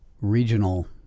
Regional